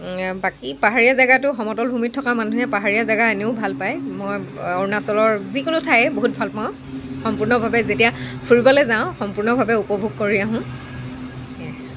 বাকী পাহাৰীয়া জাগাটো সমতল ভূমিত থকা মানুহে পাহাৰীয়া জেগা এনেও ভাল পায় মই অৰুণাচলৰ যিকোনো ঠায়ে বহুত ভাল পাওঁ সম্পূৰ্ণভাৱে যেতিয়া ফুৰিবলৈ যাওঁ সম্পূৰ্ণভাৱে উপভোগ কৰি আহোঁ